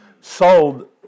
sold